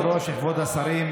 כבוד היושב-ראש, כבוד השרים,